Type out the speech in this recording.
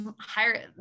higher